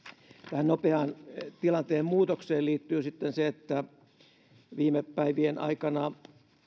tähän nopeaan tilanteen muutokseen liittyy sitten se että viime päivien aikana